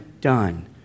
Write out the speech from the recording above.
done